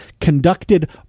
conducted